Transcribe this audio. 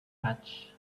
hatch